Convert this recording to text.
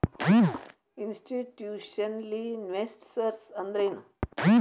Institutional investors ಅಂದ್ರೇನು?